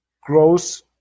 grows